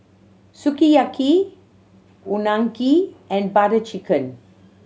Sukiyaki Unagi and Butter Chicken